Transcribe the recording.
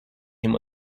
him